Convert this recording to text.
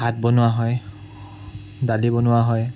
ভাত বনোৱা হয় দালি বনোৱা হয়